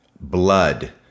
blood